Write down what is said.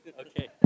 Okay